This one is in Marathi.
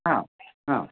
हां हां